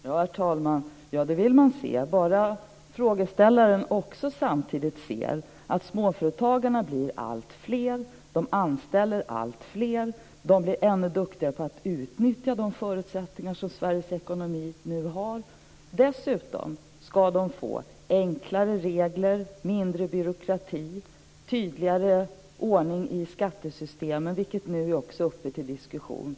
Herr talman! Ja, man vill se en reaktion. Men frågeställaren måste samtidigt se att småföretagarna blir alltfler. De anställer alltfler. De blir ännu duktigare på att utnyttja de förutsättningar som Sveriges ekonomi nu ger. Dessutom skall de få enklare regler, mindre byråkrati, tydligare ordning i skattesystemen, vilket nu också är uppe till diskussion.